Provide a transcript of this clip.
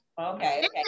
Okay